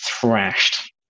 thrashed